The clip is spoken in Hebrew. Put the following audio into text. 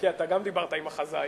כי אתה גם דיברת עם החזאי,